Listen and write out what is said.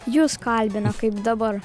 jus kalbina kaip dabar